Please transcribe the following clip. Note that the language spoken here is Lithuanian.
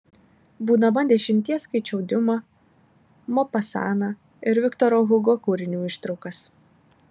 būdama dešimties skaičiau diuma mopasaną ir viktoro hugo kūrinių ištraukas